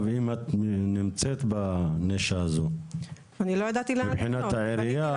אם את נמצאת בנישה הזו מבחינת העירייה,